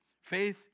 Faith